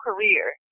career